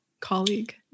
colleague